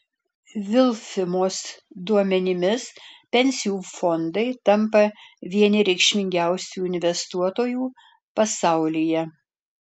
vilfimos duomenimis pensijų fondai tampa vieni reikšmingiausių investuotojų pasaulyje